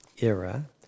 era